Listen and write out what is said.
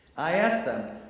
i asked them,